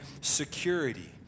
security